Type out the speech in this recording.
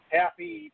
happy